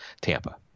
Tampa